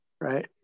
right